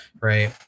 right